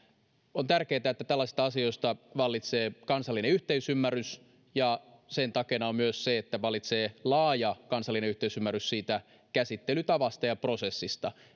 on tärkeätä että tällaisista asioista vallitsee kansallinen yhteisymmärrys ja sen takeena on myös se että vallitsee laaja kansallinen yhteisymmärrys siitä käsittelytavasta ja prosessista